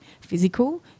physical